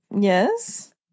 Yes